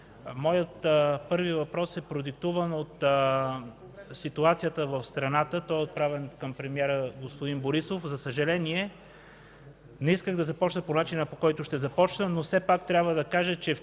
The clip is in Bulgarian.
Моят първи въпрос е продиктуван от ситуацията в страната. Той е отправен към премиера господин Борисов. За съжаление, не исках по начина, по който ще започна. Вчера определени